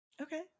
Okay